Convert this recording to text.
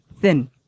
Thin